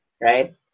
right